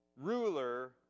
ruler